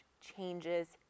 changes